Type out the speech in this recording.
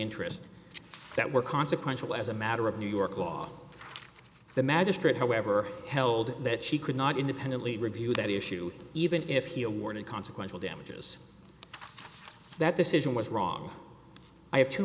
interest that were consequential as a matter of new york law the magistrate however held that she could not independently review that issue even if he awarded consequential damages that decision was wrong i have two